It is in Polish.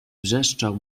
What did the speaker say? wrzeszczał